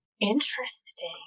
Interesting